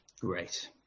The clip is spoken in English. Great